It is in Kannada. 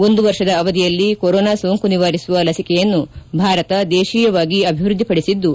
ಒಂದು ವರ್ಷದ ಅವಧಿಯಲ್ಲಿ ಕೊರೋನಾ ಸೋಂಕು ನಿವಾರಿಸುವ ಲಸಿಕೆಯನ್ನು ಭಾರತ ದೇಶಿಯವಾಗಿ ಅಭಿವೃದ್ವಿಪಡಿಸಿದ್ದು